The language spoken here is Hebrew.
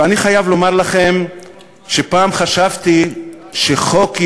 ואני חייב לומר לכם שפעם חשבתי שחוק-יסוד